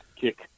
kick